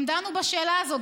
הם דנו בשאלה הזאת,